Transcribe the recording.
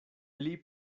pli